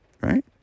right